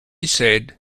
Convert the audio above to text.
said